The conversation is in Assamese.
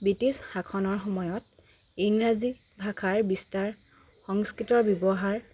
ব্ৰিটিছ শাসনৰ সময়ত ইংৰাজী ভাষাৰ বিস্তাৰ সংস্কৃতৰ ব্যৱহাৰ